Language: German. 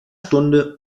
stunde